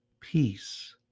peace